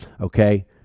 okay